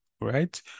right